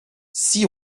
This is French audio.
six